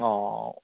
ꯑꯣ